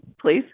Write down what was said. please